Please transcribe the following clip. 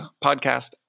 podcast